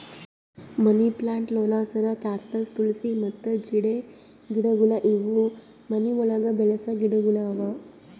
ಮನಿ plant, ಲೋಳೆಸರ, cactus, ತುಳ್ಸಿ ಮತ್ತ ಜೀಡ್ ಗಿಡಗೊಳ್ ಇವು ಮನಿ ಒಳಗ್ ಬೆಳಸ ಗಿಡಗೊಳ್ ಅವಾ